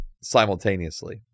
simultaneously